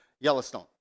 Yellowstone